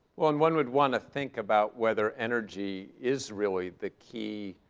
one one would want to think about whether energy is really the key